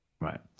Right